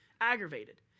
aggravated